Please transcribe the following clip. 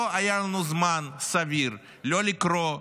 לא היה לנו זמן סביר לא לקרוא,